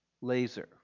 laser